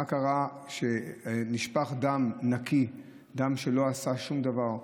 מה קרה שנשפך דם נקי, דם שלא עשה שום דבר,